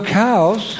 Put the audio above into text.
cows